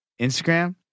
Instagram